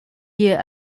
year